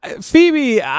Phoebe